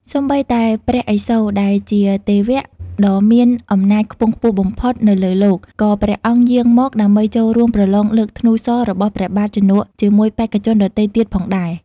សូម្បីតែព្រះឥសូរ ដែលជាទេវដ៏មានអំណាចខ្ពង់ខ្ពស់បំផុតនៅលើលោក ក៏ព្រះអង្គយាងមក ដើម្បីចូលរួមប្រឡងលើកធ្នូសររបស់ព្រះបាទជនក ជាមួយបេក្ខជនដទៃទៀតផងដែរ។